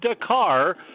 Dakar